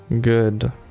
good